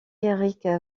eric